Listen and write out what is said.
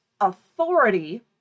authority